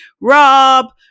Rob